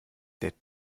der